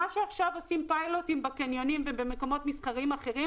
עושים עכשיו פיילוטים בקניונים ובמקומות מסחריים אחרים,